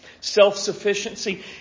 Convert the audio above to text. self-sufficiency